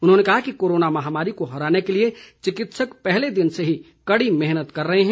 उन्होंने कहा कि कोरोना महामारी को हराने के लिए चिकित्सक पहले दिन से ही कड़ी मेहनत कर रहे हैं